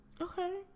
Okay